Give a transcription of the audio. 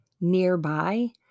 nearby